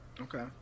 Okay